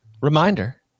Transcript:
Reminder